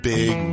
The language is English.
Big